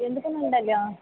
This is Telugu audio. ఎందుకు